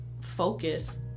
focus